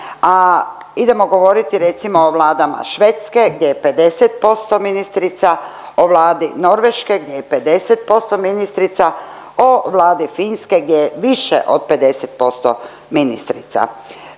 a idemo govoriti recimo o vladama Švedske gdje je 50% ministrica, o vladi Norveške gdje je 50% ministrica, o vladi Finske gdje je više od 50% ministrica.